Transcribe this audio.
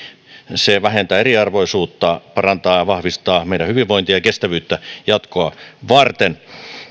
vähentää eriarvoisuutta parantaa ja vahvistaa meidän hyvinvointiamme ja kestävyyttämme jatkoa varten